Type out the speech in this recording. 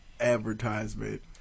advertisement